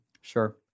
Sure